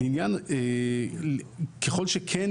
ככל שכן,